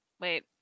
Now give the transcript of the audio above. Wait